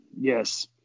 Yes